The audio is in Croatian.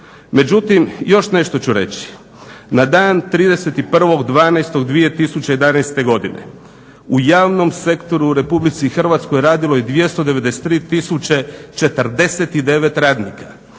Međutim, još nešto ću reći, na dan 31.12.2011. godine u javnom sektoru u Republici Hrvatskoj radilo je 293049 radnika.